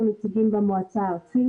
אנחנו נציגים במועצה הארצית